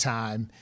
time